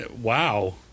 wow